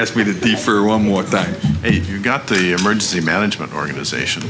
ask me to be for one more time you've got the emergency management organization